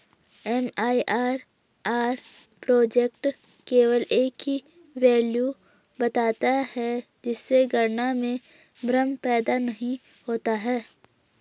MIRR project केवल एक ही वैल्यू बताता है जिससे गणना में भ्रम पैदा नहीं होता है